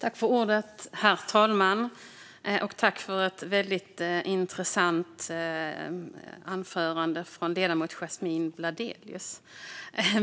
Herr talman! Jag tackar för ett väldigt intressant anförande från ledamoten Yasmine Bladelius.